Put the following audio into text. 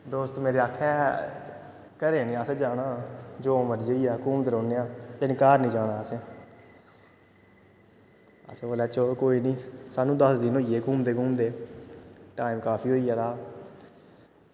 दोस्त मेरे आक्खा दे हे घरै निं असें जाना जो मर्जी होई जा घूमदे रौह्न्ने आं लेकिन घर निं जाना असें असें बोलेआ चलो कोई निं सानूं दस दिन होई गे घूमदे घूमदे टाईम काफी होई गेदा हा